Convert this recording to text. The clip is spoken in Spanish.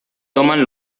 toman